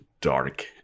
dark